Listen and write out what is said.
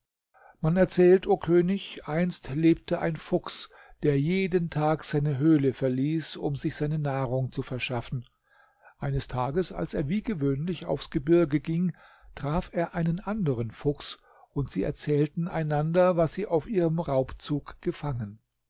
man erzählt o könig einst lebte ein fuchs der jeden tag seine höhle verließ um sich seine nahrung zu verschaffen eines tages als er wie gewöhnlich aufs gebirge ging traf er einen anderen fuchs und sie erzählten einander was sie auf ihrem raubzug gefangen